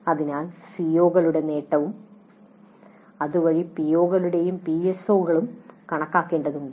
അതിനാൽ സിഒകളുടെ നേട്ടവും അതുവഴി പിഒകളും പിഎസ്ഒകളും കണക്കാക്കേണ്ടതുണ്ട്